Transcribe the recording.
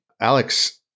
Alex